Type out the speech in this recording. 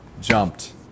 jumped